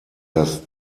das